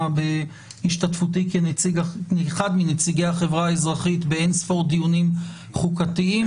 בהשתתפותי כאחד מנציגי החברה האזרחית באינספור דיונים חוקתיים.